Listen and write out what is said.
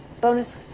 bonus